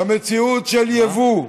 במציאות של ייבוא,